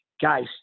guys